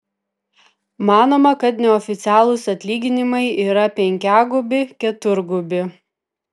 manoma kad neoficialūs atlyginimai yra penkiagubi keturgubi